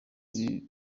ibi